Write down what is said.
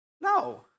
No